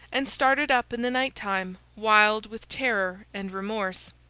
and started up in the night-time, wild with terror and remorse.